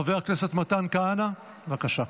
חבר הכנסת מתן כהנא, בבקשה.